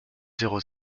zéro